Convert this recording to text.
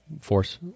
force